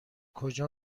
کجا